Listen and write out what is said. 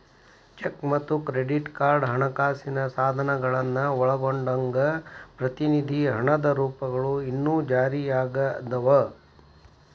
check ಮತ್ತ credit card ಹಣಕಾಸಿನ ಸಾಧನಗಳನ್ನ ಒಳಗೊಂಡಂಗ ಪ್ರತಿನಿಧಿ ಹಣದ ರೂಪಗಳು ಇನ್ನೂ ಜಾರಿಯಾಗದವ